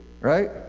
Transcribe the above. right